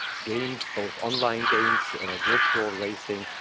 games both online games virtual racing,